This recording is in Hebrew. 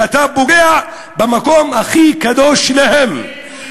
שאתה פוגע במקום הכי קדוש שלהם,